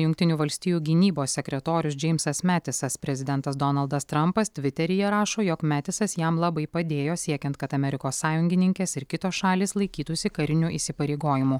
jungtinių valstijų gynybos sekretorius džeimsas metisas prezidentas donaldas trampas tviteryje rašo jog metisas jam labai padėjo siekiant kad amerikos sąjungininkės ir kitos šalys laikytųsi karinių įsipareigojimų